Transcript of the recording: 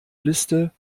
liste